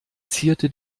zierte